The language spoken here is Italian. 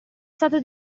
stato